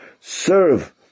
serve